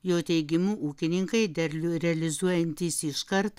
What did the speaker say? jo teigimu ūkininkai derlių realizuojantys iškart